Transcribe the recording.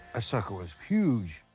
ah sucker was huge.